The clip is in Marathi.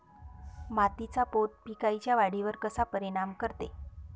मातीचा पोत पिकाईच्या वाढीवर कसा परिनाम करते?